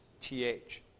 TH